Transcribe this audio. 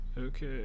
Okay